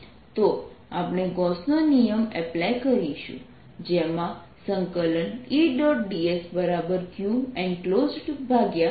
ErCe λrr3r|Er|Ce λrr2 તો આપણે ગોસનો નિયમ એપ્લાય કરીશું જેમાં E